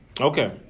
Okay